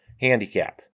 handicap